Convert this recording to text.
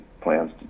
plans